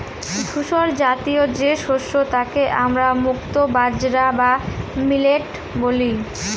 ধূসরজাতীয় যে শস্য তাকে আমরা মুক্তো বাজরা বা মিলেট বলি